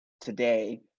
today